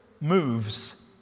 moves